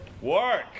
Work